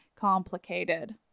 complicated